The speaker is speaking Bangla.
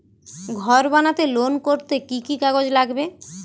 ঘর বানাতে লোন করতে কি কি কাগজ লাগবে?